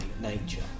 nature